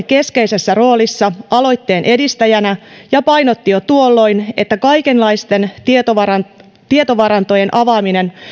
keskeisessä roolissa aloitteen edistäjänä ja painotti jo tuolloin että kaikenlaisten tietovarantojen tietovarantojen avaaminen